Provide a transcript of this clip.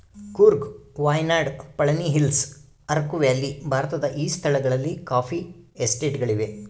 Coorg Wayanad Palani hills Araku valley ಭಾರತದ ಈ ಸ್ಥಳಗಳಲ್ಲಿ ಕಾಫಿ ಎಸ್ಟೇಟ್ ಗಳಿವೆ